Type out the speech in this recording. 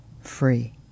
free